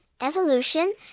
Evolution